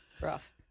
rough